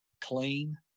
clean